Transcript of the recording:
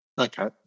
Okay